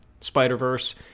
Spider-Verse